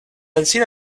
enzima